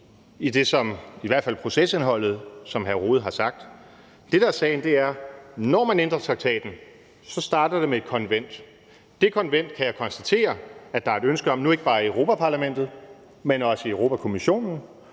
i forhold til det med procesindholdet, som hr. Jens Rohde har sagt. Det, der er sagen, er, at når man ændrer traktaten, starter det med et konvent. Det konvent kan jeg konstatere at der er et ønske om, nu ikke bare i Europa-Parlamentet, men også i Europa-Kommissionen